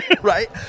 Right